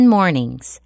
Mornings